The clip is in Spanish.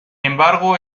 embargo